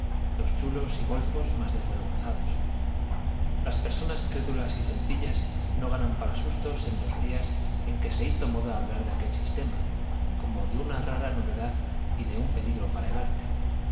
los chulos y golfos más desvergonzados las personas crédulas y sencillas no ganan para sustos en los días en que se hizo moda hablar de aquel sistema como de una rara novedad y de un peligro para el arte